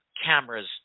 cameras